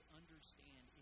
understand